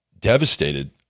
devastated